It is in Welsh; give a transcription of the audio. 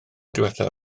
diwethaf